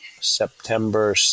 September